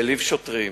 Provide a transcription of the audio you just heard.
העליב שוטרים,